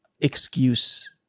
excuse